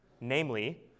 Namely